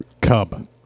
Cub